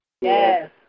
Yes